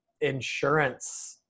insurance